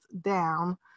down